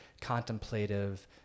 contemplative